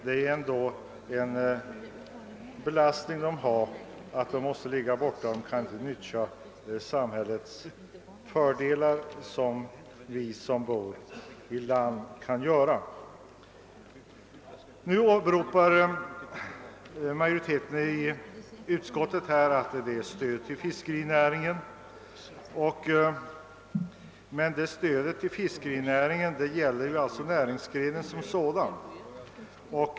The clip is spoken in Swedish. Det innebär ändå en stor belastning för dem att de måste vara borta och inte kan utnyttja de fördelar samhället erbjuder oss som bor på land. Nu åberopar majoriteten i utskottet stödet till fiskerinäringen, men det gäller ju näringsgrenen som sådan.